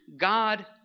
God